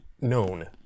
known